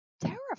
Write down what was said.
terrifying